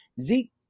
Zeke